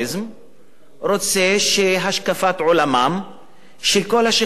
רוצה שהשקפת עולמן של כל השכבות בישראל